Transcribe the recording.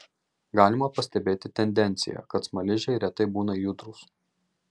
galima pastebėti tendenciją kad smaližiai retai būna judrūs